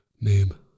name